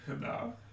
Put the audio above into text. No